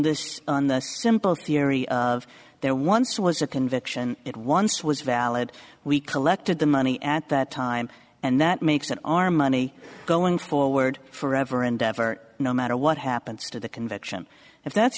this on the simple theory of there once was a conviction it once was valid we collected the money at that time and that makes it our money going forward forever and ever no matter what happens to the conviction if that's